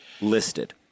listed